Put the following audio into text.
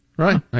Right